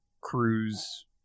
Cruise